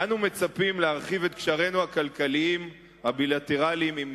אנו מצפים להרחיב את קשרינו הכלכליים הבילטרליים עם מצרים.